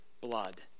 blood